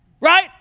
Right